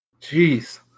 Jeez